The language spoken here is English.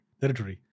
territory